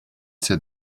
said